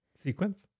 sequence